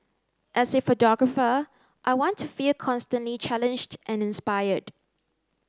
as a photographer I want to feel constantly challenged and inspired